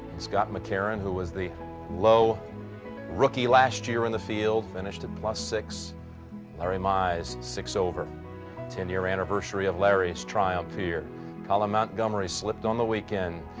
scott mccarron, who was the low rookie last year in the field. finished a plus six larry mize six over ten-year anniversary of larry's trials here colin montgomerie slipped on the weekend.